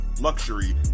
Luxury